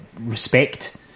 respect